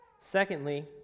Secondly